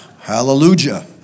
Hallelujah